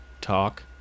talk